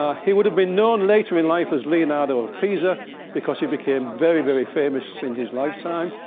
ah he would have been known later in life as leonardo of pisa because he became very, very famous in his lifetime.